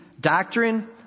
Doctrine